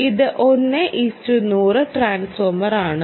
ഇത് 1 100 ട്രാൻസ്ഫോർമറാണ്